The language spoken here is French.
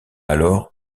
alors